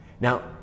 Now